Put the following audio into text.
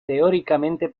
teóricamente